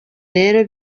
rero